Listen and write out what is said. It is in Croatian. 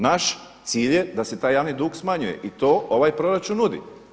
Naš cilj je da se taj javni dug smanjuje i to ovaj proračun nudi.